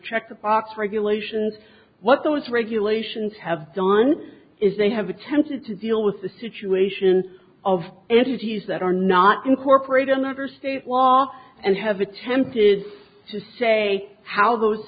check the box regulations what those regulations have done is they have attempted to deal with the situation of entities that are not incorporated in another state law and have attempted to say how those